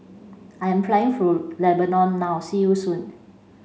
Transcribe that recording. I'm flying for Lebanon now see you soon